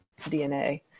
DNA